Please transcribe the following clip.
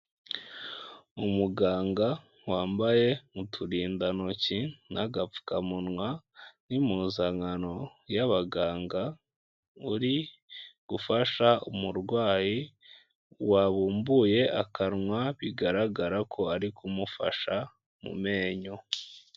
Umuganga wambaye muturindantoki n'agapfukamunwa n'impuzankano y'abaganga uri gufasha umurwayi wabumbuye akanwa bigaragara ko ari kumufasha mu menyo.